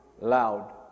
loud